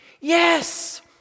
Yes